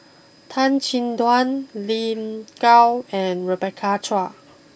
Tan Chin Tuan Lin Gao and Rebecca Chua